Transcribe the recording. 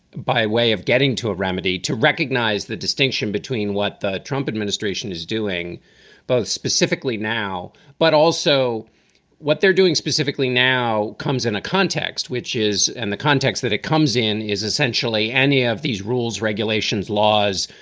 by way of getting to a remedy to recognize the distinction between what the trump administration is doing both specifically now, but also what they're doing specifically now comes in a context which is in and the context that it comes in is essentially any of these rules, regulations, laws,